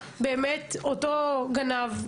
אני